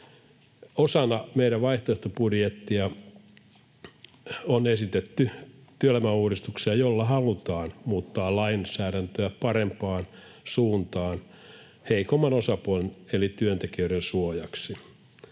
Osana meidän vaihtoehtobudjettia on esitetty työelämäuudistuksia, joilla halutaan muuttaa lainsäädäntöä parempaan suuntaamaan heikomman osapuolen eli työntekijöiden suojaksi.